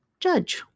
judge